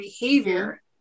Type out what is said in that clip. behavior